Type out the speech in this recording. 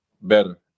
better